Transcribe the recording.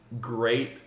great